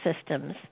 systems